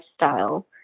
lifestyle